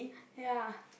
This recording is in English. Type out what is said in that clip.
ya